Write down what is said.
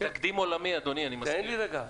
תקדים עולמי, אדוני, אני מסכים.